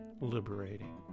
liberating